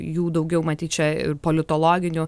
jų daugiau matyt čia ir politologinių